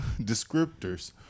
descriptors